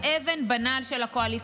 את אבן בנעל של הקואליציה.